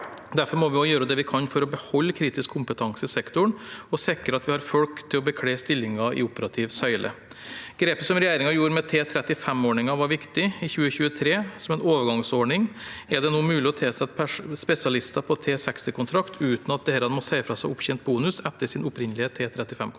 Derfor må vi også gjøre det vi kan for å beholde kritisk kompetanse i sektoren og sikre at vi har folk til å bekle stillinger i operativ søyle. Grepet som regjeringen tok med T35-ordningen, var viktig. Nå i 2023, som en overgangsordning, er det mulig å tilsette spesialister på T60kontrakt uten at disse må si ifra seg opptjent bonus etter sin opprinnelige T35-kontrakt.